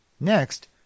Next